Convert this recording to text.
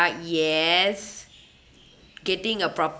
yes getting a prop